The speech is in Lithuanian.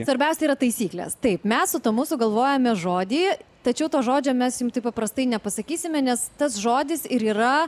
svarbiausia yra taisyklės taip mes su tomu sugalvojome žodį tačiau to žodžio mes jum taip paprastai nepasakysime nes tas žodis ir yra